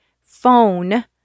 phone